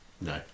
no